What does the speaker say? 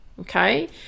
Okay